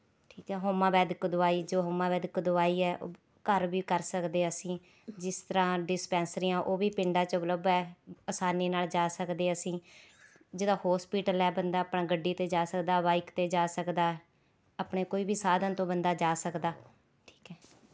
ਠੀਕ ਹੈ ਹੋਮਾਂ ਵੈਦਿਕ ਦਵਾਈ ਜੋ ਹੋਮਾਂ ਵੈਦਿਕ ਦਵਾਈ ਹੈ ਉ ਘਰ ਵੀ ਕਰ ਸਕਦੇ ਅਸੀਂ ਜਿਸ ਤਰ੍ਹਾਂ ਡਿਸਪੈਂਸਰੀਆਂ ਉਹ ਵੀ ਪਿੰਡਾਂ 'ਚ ਉਪਲਬਧ ਹੈ ਅਸਾਨੀ ਨਾਲ ਜਾ ਸਕਦੇ ਅਸੀਂ ਜਿੱਦਾਂ ਹੋਸਪੀਟਲ ਹੈ ਬੰਦਾ ਆਪਣਾ ਗੱਡੀ 'ਤੇ ਜਾ ਸਕਦਾ ਬਾਇਕ 'ਤੇ ਜਾ ਸਕਦਾ ਆਪਣੇ ਕੋਈ ਵੀ ਸਾਧਨ ਤੋਂ ਬੰਦਾ ਜਾ ਸਕਦਾ ਠੀਕ ਹੈ